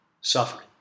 suffering